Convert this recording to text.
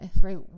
right